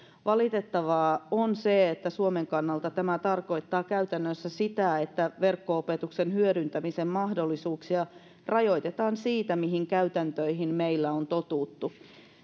valitettavaa on se että suomen kannalta tämä tarkoittaa käytännössä sitä että verkko opetuksen hyödyntämisen mahdollisuuksia rajoitetaan siitä mihin käytäntöihin meillä on totuttu